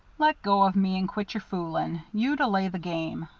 let go of me and quit your fooling. you delay the game.